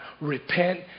Repent